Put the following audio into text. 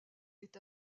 est